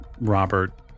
Robert